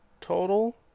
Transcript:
total